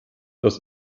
dass